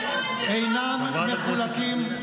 הם קוראים למרי, תגנה את זה.